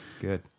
Good